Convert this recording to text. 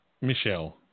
Michelle